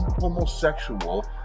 homosexual